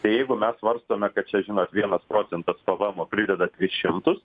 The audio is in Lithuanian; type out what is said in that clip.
tai jeigu mes svarstome kad čia žinot vienas procentas pavaemo prideda tris šimtus